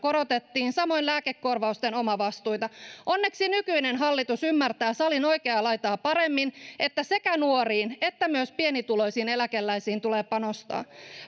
ja samoin lääkekorvausten omavastuita korotettiin onneksi nykyinen hallitus ymmärtää salin oikeaa laitaa paremmin että sekä nuoriin että myös pienituloisiin eläkeläisiin tulee panostaa